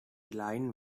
line